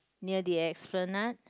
near the Esplanade